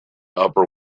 upper